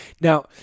now